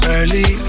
Early